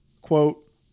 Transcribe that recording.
quote